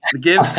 give